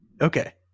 Okay